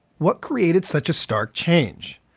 what created such a stark change?